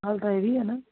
ਹਾਲੇ ਤਾਂ ਇਹ ਵੀ ਹੈ ਨਾ